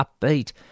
upbeat